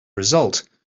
result